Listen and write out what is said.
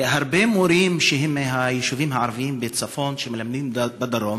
הרבה מורים מהיישובים הערביים בצפון שמלמדים בדרום